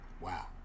Wow